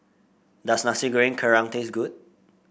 does Nasi Goreng Kerang taste good